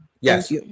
Yes